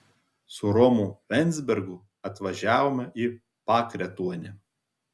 su romu venzbergu atvažiavome į pakretuonę